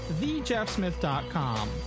thejeffsmith.com